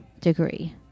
degree